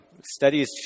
Studies